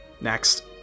Next